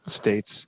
states